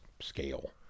scale